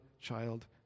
child